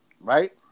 right